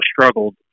struggled